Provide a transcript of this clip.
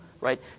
right